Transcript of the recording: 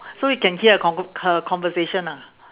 so you can hear her conv~ her conversation ah